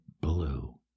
blue